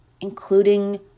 including